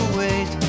wait